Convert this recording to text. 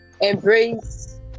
embrace